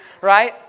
right